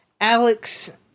Alex